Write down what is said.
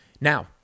now